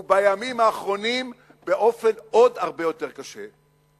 ובימים האחרונים באופן הרבה יותר קשה.